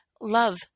Love